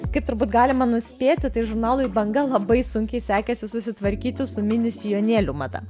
kaip turbūt galima nuspėti tai žurnalui banga labai sunkiai sekėsi susitvarkyti su mini sijonėlių mada